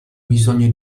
bisogno